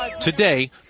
Today